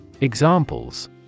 Examples